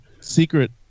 Secret